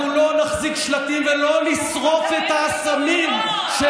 אנחנו לא נחזיק שלטים ולא נשרוף את האסמים של